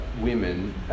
women